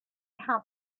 had